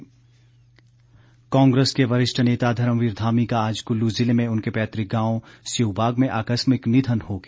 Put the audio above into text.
निधन कांग्रेस के वरिष्ठ नेता धर्मवीर धामी का आज कुल्लू ज़िले में उनके पैतृक गांव सेऊबाग में आकस्मिक निधन हो गया